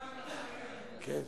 אפו אגבאריה זה אפרים אגבאריה.